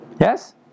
Yes